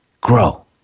grow